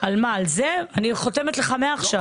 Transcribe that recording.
על זה אני חותמת לך מעכשיו.